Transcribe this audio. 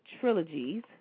trilogies